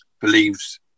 believes